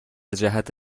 جهت